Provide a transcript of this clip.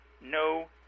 no